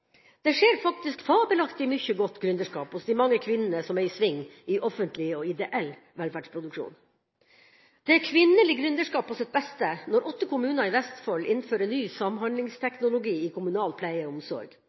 Det skjer faktisk fabelaktig mye godt gründerskap hos de mange kvinnene som er i sving i offentlig og ideell velferdsproduksjon. Det er kvinnelig gründerskap på sitt beste når åtte kommuner i Vestfold innfører ny samhandlingsteknologi i kommunal pleie og omsorg.